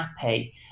happy